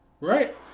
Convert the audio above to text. right